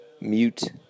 mute